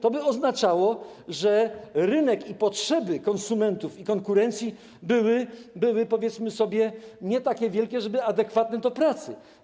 To by oznaczało, że rynek i potrzeby konsumentów i konkurencji były, powiedzmy sobie, nie takie wielkie, żeby adekwatne do pracy.